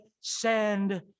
send